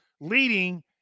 leading